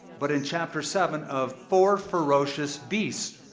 but in chapter seven of four ferocious beasts,